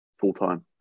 full-time